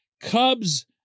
Cubs